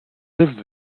lived